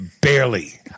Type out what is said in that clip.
barely